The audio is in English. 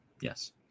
yes